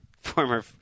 former